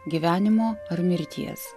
gyvenimo ar mirties